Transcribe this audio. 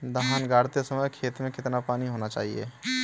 धान गाड़ते समय खेत में कितना पानी होना चाहिए?